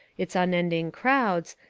its unending crowds,